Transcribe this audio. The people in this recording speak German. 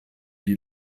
die